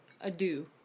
adieu